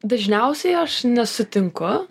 dažniausiai aš nesutinku